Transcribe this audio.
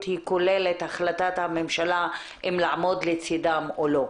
היא כוללת החלטת הממשלה אם לעמוד לצדם או לא.